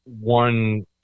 one